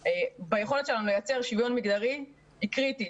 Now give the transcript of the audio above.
ביכולת שלנו לייצר שוויון מגדרי היא קריטית.